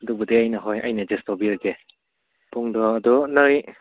ꯑꯗꯨꯕꯨꯗꯤ ꯑꯩꯅ ꯍꯣꯏ ꯑꯩꯅ ꯑꯦꯗꯖꯁ ꯇꯧꯕꯤꯔꯒꯦ ꯄꯨꯡꯗꯣ ꯑꯗꯣ ꯅꯣꯏ